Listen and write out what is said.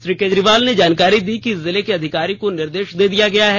श्री कर्जरीवाल ने जानकारी दी कि जिर्ले के अधिकारी को निर्देश दे दिया गया है